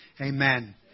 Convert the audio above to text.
Amen